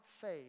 faith